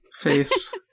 face